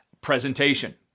presentation